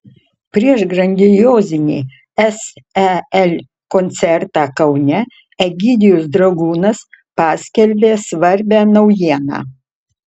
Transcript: prieš grandiozinį sel koncertą kaune egidijus dragūnas paskelbė svarbią naujieną